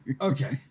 Okay